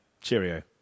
cheerio